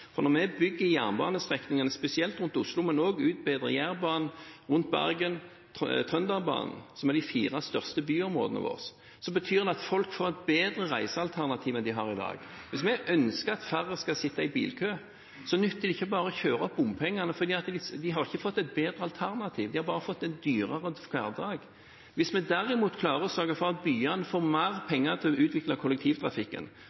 for når vi bygger jernbanestrekningene, spesielt rundt Oslo, men også utbedrer Jærbanen, banen rundt Bergen og Trønderbanen – i de fire største byområdene våre – betyr det at folk får et bedre reisealternativ enn det de har i dag. Hvis vi ønsker at færre skal sitte i bilkø, nytter det ikke bare å sette opp bompengeprisene, for da har man ikke fått et bedre alternativ, bare en dyrere hverdag. Hvis vi derimot klarer å sørge for at byene får mer